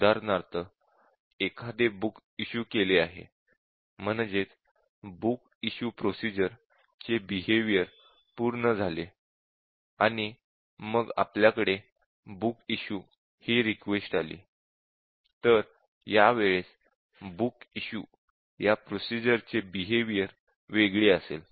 उदाहरणार्थ एखादे book issue केले आहे म्हणजेच बुक इशू प्रोसिजर चे बिहेव्यिअर पूर्ण झाले आणि मग आपल्याकडे बुक इशू हि रिक्वेस्ट आली तर यावेळेस बुक इशू या प्रोसिजरचे बिहेव्यिअर वेगळे असेल